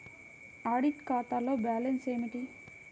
Audit ఖాతాలో balance ఏమిటీ?